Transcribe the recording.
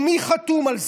ומי חתום על זה?